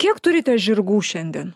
kiek turite žirgų šiandien